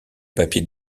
papier